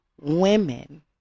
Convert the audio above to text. women